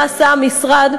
מה עשה המשרד,